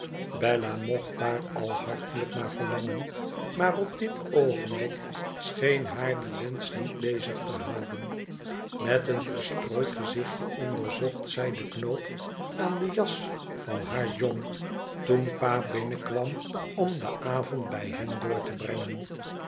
bella mocht daar al hartelijk naar verlangen maar op dit oogenblik scheen haar die wensch niet bezig te houden met een verstrooid gezichtje onderzocht zij den knoop aan de jas van haar john toen pa binnenkwam om den avond bij hen door te brengen